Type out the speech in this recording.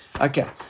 Okay